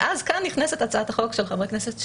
ואז כאן נכנסת הצעת החוק של חברת הכנסת שיר,